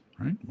right